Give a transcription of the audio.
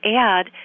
add